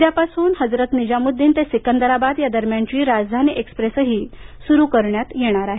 उद्यापासून हजरत निजामुद्दीन ते सिकंदराबाद या दरम्यानची राजधानी एक्स्प्रेसही सुरू करण्यात येणार आहे